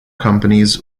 companies